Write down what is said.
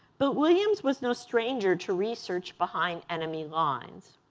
but williams was no stranger to research behind enemy lines.